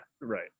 right